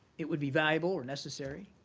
it would be valuable or necessary